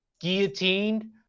Guillotined